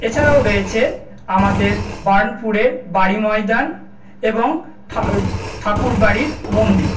এছাড়াও রয়েছে আমাদের বার্নপুরের বাড়ি ময়দান এবং ঠাকুরবাড়ির মন্দির